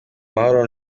mahoro